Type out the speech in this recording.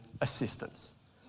assistance